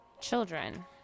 children